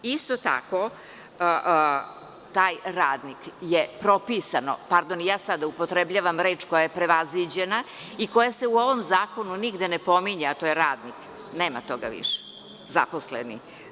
Isto tako, taj radnik je, propisano, pardon, ja sada upotrebljavam reč koja je prevaziđena i koja se u ovom zakonu nigde ne pominje, a to je radnik, nema toga više, već – zaposleni.